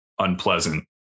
unpleasant